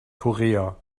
korea